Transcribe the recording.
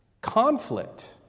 conflict